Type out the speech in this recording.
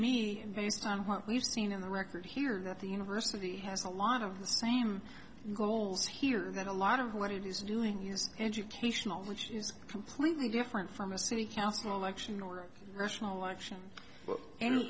and based on what we've seen on the record here that the university has a lot of the same goals here that a lot of what it is doing is educational which is completely different from a city council election or rational action an